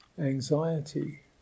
anxiety